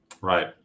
Right